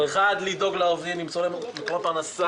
ראשית, לדאוג לעובדים, למצוא להם מקורות פרנסה.